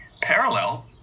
Parallel